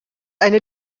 eine